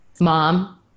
mom